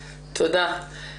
תודה.